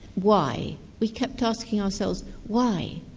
why? we kept asking ourselves why?